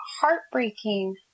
heartbreaking